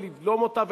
ולבלום אותה,